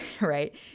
right